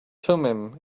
thummim